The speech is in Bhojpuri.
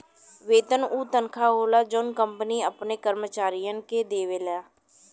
वेतन उ तनखा होला जौन कंपनी अपने कर्मचारियन के देवला